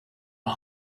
one